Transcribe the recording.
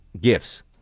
gifts